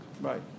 Right